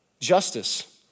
Justice